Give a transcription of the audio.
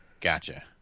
Gotcha